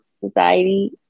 Society